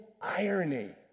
irony